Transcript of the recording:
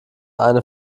eine